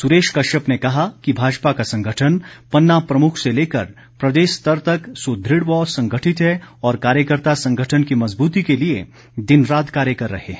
सुरेश कश्यप ने कहा कि भाजपा का संगठन पन्ना प्रमुख से लेकर प्रदेश स्तर तक सुद्रढ़ व संगठित है और कार्यकर्ता संगठन की मजबूती के लिए दिन रात कार्य कर रहे हैं